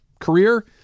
career